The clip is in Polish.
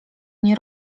nie